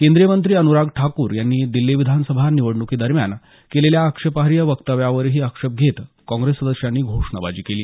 केंद्रीय मंत्री अनुराग ठाकूर यांनी दिल्ली विधानसभा निवडण्कीदरम्यान केलेल्या आक्षेपार्ह वक्तव्यावरही आक्षेप घेत काँग्रेस सदस्यांनी घोषणबाजी केली